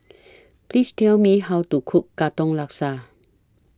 Please Tell Me How to Cook Katong Laksa